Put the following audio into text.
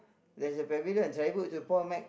there's a Pavilion Tribute to Paul-Mc